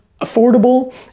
affordable